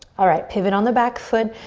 alright, pivot on the back foot.